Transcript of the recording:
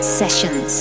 sessions